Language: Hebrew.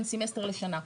בין סמסטר לשנה.